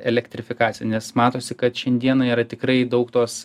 elektrifikacija nes matosi kad šiandieną yra tikrai daug tos